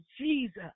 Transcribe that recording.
Jesus